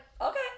okay